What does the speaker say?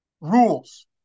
rules